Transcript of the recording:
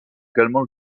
également